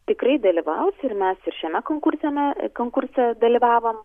tikrai dalyvaus ir mes ir šiame konkursiame konkurse dalyvavom